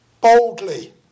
boldly